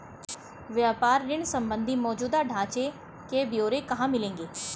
व्यापार ऋण संबंधी मौजूदा ढांचे के ब्यौरे कहाँ मिलेंगे?